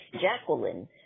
Jacqueline